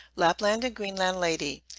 lapland and greenland lady.